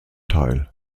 teil